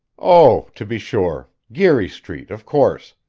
oh, to be sure. geary street, of course.